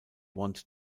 want